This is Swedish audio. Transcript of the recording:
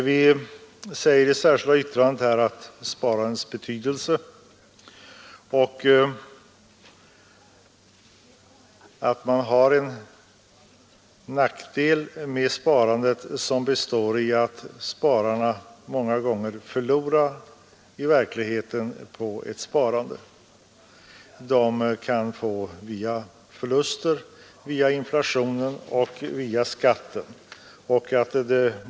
Vi säger där att det personliga sparandet är av avsevärd betydelse för kapitalförsörjningen men att spararna trots detta många gånger förlorar på sitt sparande. De kan få vidkännas förluster via inflationens och skattens verkningar.